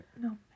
No